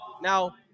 Now